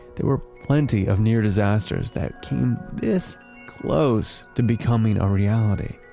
there were plenty of near disasters that came this close to becoming a reality,